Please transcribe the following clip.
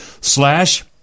Slash